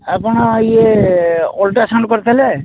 ଆପଣ ଇଏ ଅଲ୍ଟ୍ରାସାଉଣ୍ଡ କରିଥିଲେ